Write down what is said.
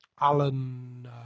Alan